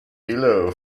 below